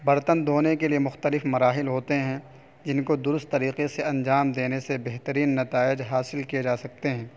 برتن دھونے کے لیے مختلف مراحل ہوتے ہیں جن کو درست طریقے سے انجام دینے سے بہترین نتائج حاصل کیے جا سکتے ہیں